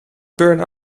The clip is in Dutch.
burn